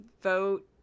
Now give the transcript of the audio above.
vote